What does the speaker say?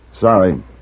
Sorry